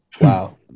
Wow